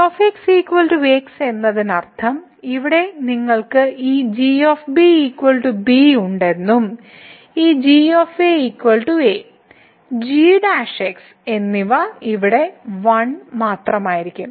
g x എന്നതിനർത്ഥം ഇവിടെ നിങ്ങൾക്ക് ഈ g b ഉണ്ടെന്നും ഈ g a g എന്നിവ ഇവിടെ 1 മാത്രമായിരിക്കും